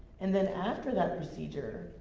and then after that procedure,